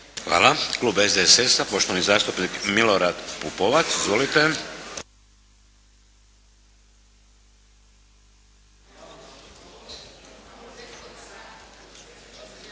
Hvala. Klub HSS-a, poštovani zastupnik Ante Markov. Izvolite.